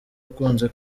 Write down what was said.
ukunze